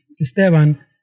Esteban